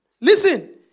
Listen